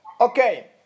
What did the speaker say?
Okay